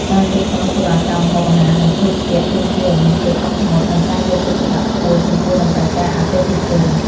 ការគ្រប់គ្រងសេវាកម្មម្ហូបអាហារនិងភេសជ្ជៈទាមទារឱ្យមានភាពអត់ធ្មត់ និងការយកចិត្តទុកដាក់ខ្ពស់ចំពោះតម្រូវការអតិថិជន។